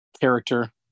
character